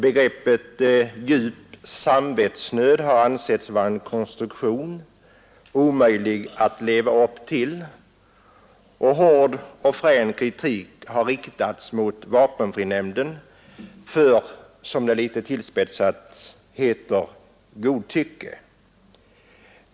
Begreppet djup samvetsnöd har ansetts vara en konstruktion, omöjlig att tillämpa, och hård och frän kritik har riktats mot vapenfrinämnden för, som det litet tillspetsat heter, godtycke.